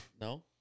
No